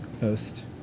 post